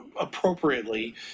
appropriately